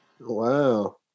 wow